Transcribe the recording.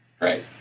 Right